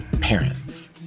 parents